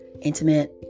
intimate